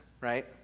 right